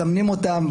מסמנים אותם,